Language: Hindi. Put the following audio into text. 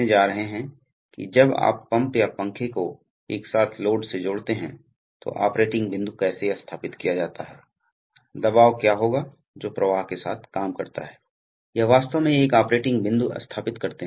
तो न्यूमेटिक्स प्रणालियों का मुख्य लाभ यह है कि हवा इकट्ठा करने और निकास करने के लिए स्वतंत्र है इसलिए आप जानते हैं कि यह बस एकत्र किया जाता है आपको इसे खरीदने की आवश्यकता नहीं है और इसलिए यह सस्ता है और यह वायुमंडल में समाप्त हो सकता है